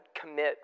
commit